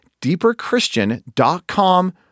deeperchristian.com